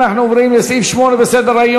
אנחנו עוברים לסעיף 8 בסדר-היום,